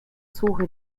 suche